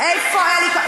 איפה אלי כהן?